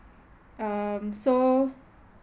um so